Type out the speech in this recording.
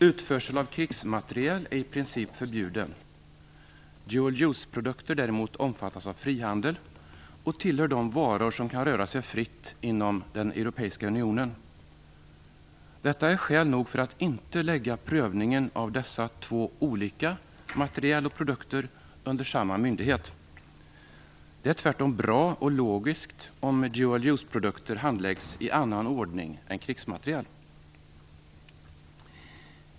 Utförsel av krigsmateriel är i princip förbjuden. Dual use-produkter däremot omfattas av frihandel och tillhör de varor som kan röra sig fritt inom Europeiska unionen. Detta är skäl nog för att inte lägga prövningen av dessa två olika material och produkter under samma myndighet. Det är tvärtom bra och logiskt om dual use-produkter handläggs i annan ordning än krigsmateriel.